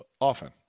often